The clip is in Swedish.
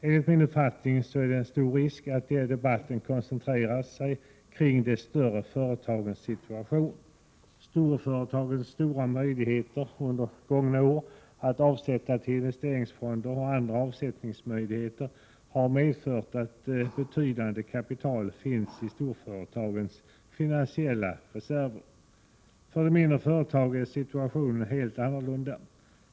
Enligt min uppfattning är det stor risk för att debatten koncentreras kring de större företagens situation. Storföretagens stora möjligheter under gångna år att avsätta till investeringsfonder och göra andra avsättningar har medfört att betydande kapital finns i storföretagens finansiella reserver. För de mindre företagen är situationen helt annorlunda.